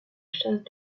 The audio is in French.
chasse